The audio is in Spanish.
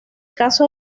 caso